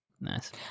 Nice